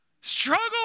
Struggle